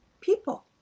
people